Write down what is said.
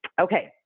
Okay